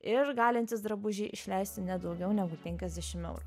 ir galintys drabužiai išleisti ne daugiau negu penkiasdešim eurų